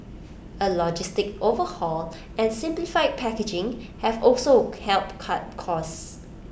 A logistics overhaul and simplified packaging have also helped cut costs